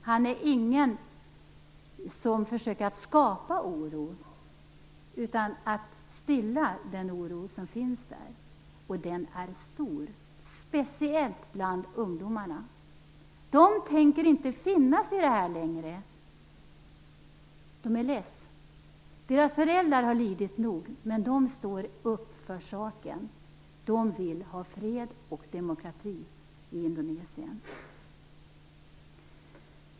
Han är inte en person som försöker att skapa oro, utan att stilla den oro som finns där. Och den är stor, speciellt bland ungdomarna. De tänker inte finna sig i det här längre. De är less. Deras föräldrar har lidit nog. Men de står upp för saken. De vill ha fred och demokrati i Indonesien.